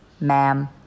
Ma'am